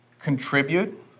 contribute